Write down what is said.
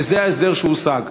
וזה ההסדר שהושג.